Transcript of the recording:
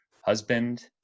husband